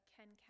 Ken